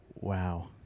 Wow